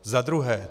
Za druhé.